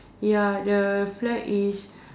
ya the flag is